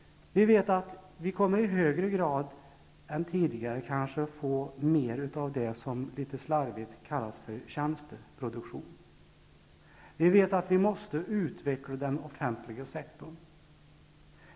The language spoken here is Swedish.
Vi vet att vi kanske i högre grad än tidigare kommer att få mer av det som litet slarvigt kallas tjänsteproduktion. Vi vet att vi måste utveckla den offentliga sektorn.